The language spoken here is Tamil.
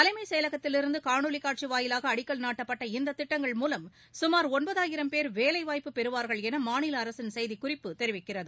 தலைமைச் செயலகத்திலிருந்து காணொலி காட்சி வாயிலாக அடிக்கால் நாட்டப்பட்ட இந்த திட்டங்கள் மூலம் சுமார் ஒன்பதாயிரம் பேர் வேலைவாய்ப்பு பெறுவார்கள் என மாநில அரசின் செய்திக்குறிப்பு தெரிவிக்கிறது